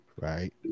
right